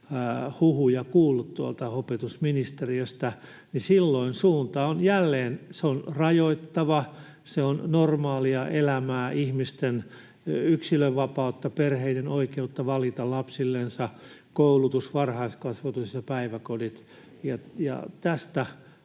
huhuja kuullut tuolta opetusministeriöstä — niin silloin suunta on jälleen rajoittava. Se rajoittaa normaalia elämää, ihmisten yksilönvapautta, perheiden oikeutta valita lapsillensa koulutus, varhaiskasvatus ja päiväkodit, ja tästä